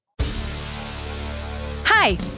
Hi